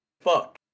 Fuck